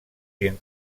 bien